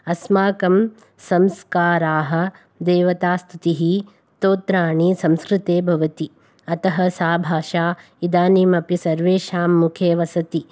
अस्माकं संस्काराः देवतास्तुतिः स्तोत्राणि संस्कृते भवति अतः सा भाषा इदानीम् अपि सर्वेषां मुखे वसति